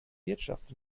wirtschaft